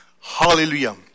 Hallelujah